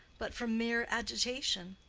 but from mere agitation.